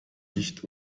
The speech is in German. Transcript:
nicht